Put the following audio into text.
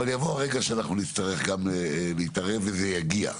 אני אעבור לרגע שבו אנחנו נצטרך להתערב, וזה יגיע.